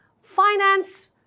finance